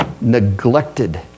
neglected